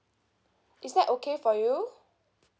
is that okay for you